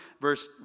verse